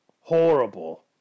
horrible